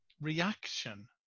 reaction